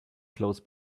close